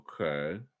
okay